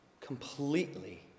completely